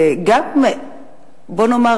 בוא נאמר,